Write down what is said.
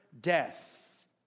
death